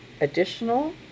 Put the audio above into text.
additional